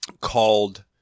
called